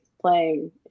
playing